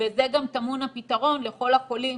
בזה גם טמון הפתרון לכל החולים